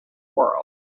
world